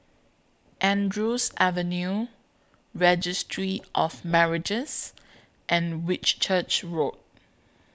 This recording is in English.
Andrews Avenue Registry of Marriages and Whitchurch Road